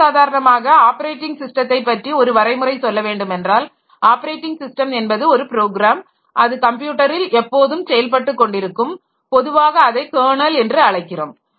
சர்வ சாதாரணமாக ஆப்பரேட்டிங் ஸிஸ்டத்தை பற்றி ஒரு வரைமுறை சொல்ல வேண்டுமென்றால் ஆப்பரேட்டிங் ஸிஸ்டம் என்பது ஒரு ப்ரோக்ராம் அது கம்ப்யூட்டரில் எப்போதும் செயல்பட்டுக் கொண்டிருக்கும் பொதுவாக அதை கெர்னல் என்று அழைக்கிறோம்